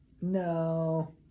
No